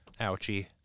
ouchie